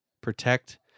protect